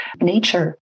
nature